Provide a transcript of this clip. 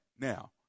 Now